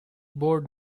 board